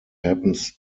happens